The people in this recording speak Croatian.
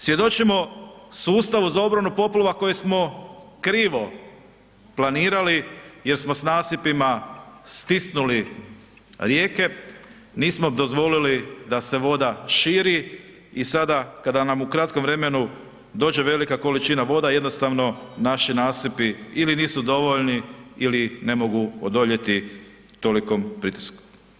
Svjedočimo sustavu za obranu poplava koje smo krivo planirali jer smo s nasipima stisnuli rijeke, nismo dozvolili da se voda širi i sada kada nam u kratkom vremenu dođe velika količina voda jednostavno naši nasipi ili nisu dovoljni ili ne mogu odoljeti tolikom pritisku.